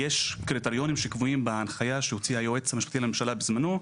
כמובן שיש קריטריונים שקבועים בהנחיה שהוציא היועץ המשפטי לממשלה בזמנו,